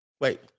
Wait